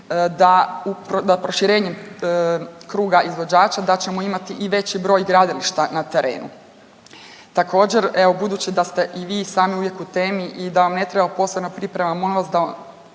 da proširenjem kruga izvođača da ćemo imati i veći broj gradilišta na terenu. Također evo budući da ste i vi sami uvijek u temi i da vam ne treba posebna priprema molim vas da